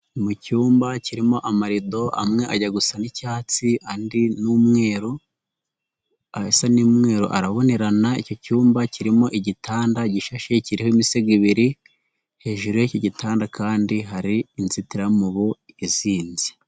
Mu cyumba kirimo amarido amwe ajya gusa n'icyatsi andi n'umweru asa n'umweru arabonerana, icyo cyumba kirimo igitanda gishashe kiriho imisego ibiri hejuru y'icyo gitanda kandi hari inzitiramubu izinze.